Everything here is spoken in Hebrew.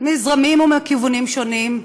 מזרמים ומכיוונים שונים: